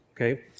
okay